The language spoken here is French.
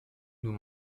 nous